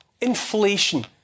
Inflation